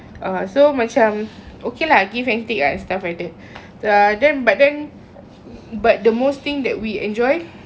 err so macam okay lah give and take ah stuff like that uh then but then but the most thing that we enjoy